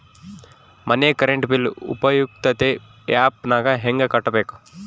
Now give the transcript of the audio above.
ಮನೆ current bill ಉಪಯುಕ್ತತೆ app ನಾಗ ಹೆಂಗ ಕಟ್ಟಬೇಕು?